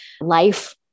life